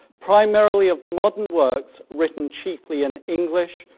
primarily of modern works written chiefly in english,